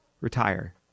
retire